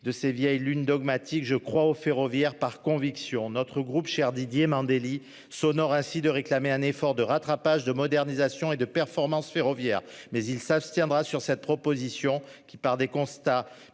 de ses vieilles lunes dogmatique, je crois au ferroviaire par conviction. Notre groupe cher Didier Mandelli sonores ainsi de réclamer un effort de rattrapage de modernisation et de performance ferroviaire mais il s'abstiendra sur cette proposition qui part des constats